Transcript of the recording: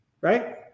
right